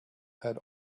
had